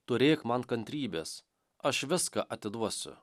turėk man kantrybės aš viską atiduosiu